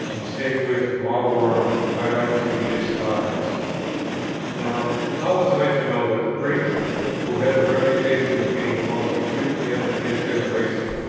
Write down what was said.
and say with mawworm, i like to be despised now, how was i to know that the preacher, who had the reputation of being the most acute man of his generation,